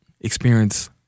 experience